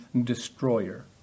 destroyer